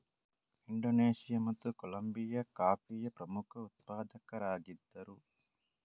Indonesia ಮತ್ತು Colombia ಕಾಫಿಯ ಪ್ರಮುಖ ಉತ್ಪಾದಕರಾಗಿದ್ದರು